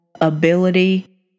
ability